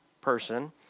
person